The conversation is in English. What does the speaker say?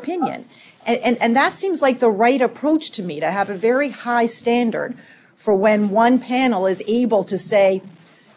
opinion and that seems like the right approach to me to have a very high standard for when one panel is able to say